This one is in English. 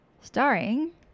starring